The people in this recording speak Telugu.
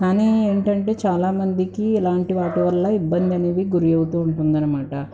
కానీ ఏంటంటే చాల మందికి ఇలాంటి వాటి వల్ల ఇబ్బంది అనేది గురి అవుతూ ఉంటుంది అనమాట